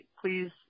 please –